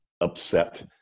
upset